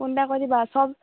phone এটা কৰি দিবা চব